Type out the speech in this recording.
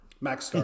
Max